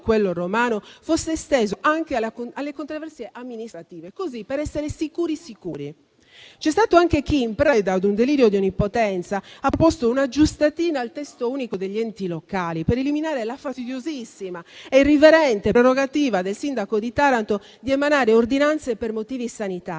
quello romano fosse estesa anche alla controversie amministrative, così, per essere sicuri sicuri. C'è stato anche chi - in preda a un delirio di onnipotenza - ha proposto un'aggiustatina al testo unico degli enti locali, per eliminare la fastidiosissima e irriverente prerogativa del sindaco di Taranto di emanare ordinanze per motivi sanitari.